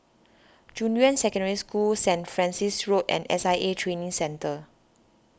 Junyuan Secondary School Saint Francis Road and S I A Training Centre